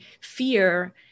fear